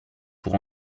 pour